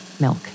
milk